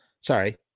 sorry